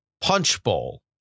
Punchbowl